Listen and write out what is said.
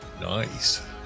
Nice